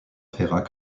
ferrat